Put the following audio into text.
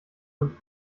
und